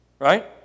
right